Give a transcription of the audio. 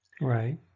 Right